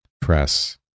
press